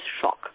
shock